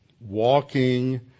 walking